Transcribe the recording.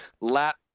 Lap